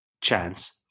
chance